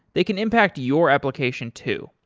they can impact your application too.